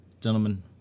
gentlemen